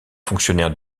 fonctionnaire